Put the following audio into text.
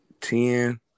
Ten